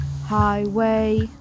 highway